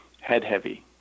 head-heavy